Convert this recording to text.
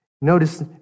Notice